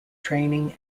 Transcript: training